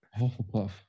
Hufflepuff